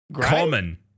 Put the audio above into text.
common